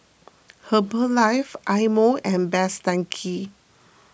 Herbalife Eye Mo and Best Denki